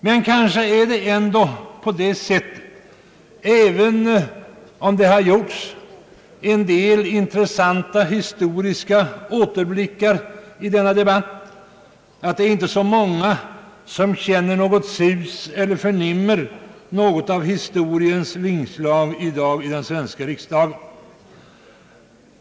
Men det är kanske ändå på det sättet — även om det har gjorts en del intressanta historiska återblickar i denna debatt — att det inte är så många som känner: något sus eller förnimmer något av historiens vingslag i den svenska riksdagen.